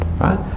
right